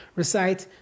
recite